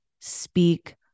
speak